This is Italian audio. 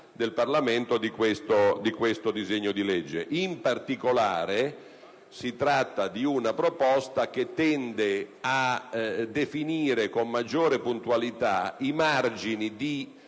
del Parlamento di questo disegno di legge. In particolare, tale proposta tende a definire con maggiore puntualità i margini di